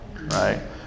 right